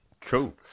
Cool